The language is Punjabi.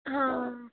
ਹਾਂ